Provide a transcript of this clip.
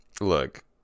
Look